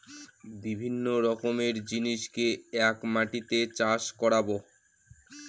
বিভিন্ন রকমের জিনিসকে এক মাটিতে চাষ করাবো